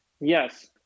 Yes